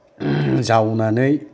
जावनानै